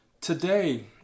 Today